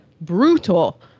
brutal